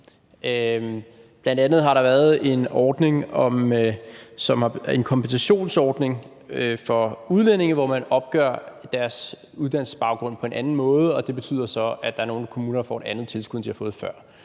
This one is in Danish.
Bl.a. har der jo været en kompensationsordning for udlændinge, hvor man opgør deres uddannelsesbaggrund på en anden måde, og det betyder så, at der er nogle kommuner, der får et andet tilskud, end de har fået før.